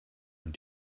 and